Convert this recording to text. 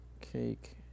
cake